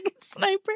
Sniper